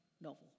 novel